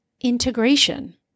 integration